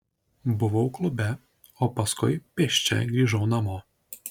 buvau klube o paskui pėsčia grįžau namo